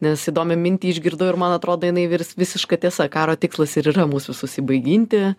nes įdomią mintį išgirdau ir man atrodo jinai virs visiška tiesa karo tikslas ir yra mus visus įbauginti